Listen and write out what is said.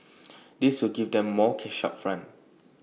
this will give them more cash up front